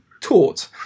taught